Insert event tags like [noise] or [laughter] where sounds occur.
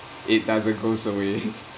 it doesn't goes away [laughs]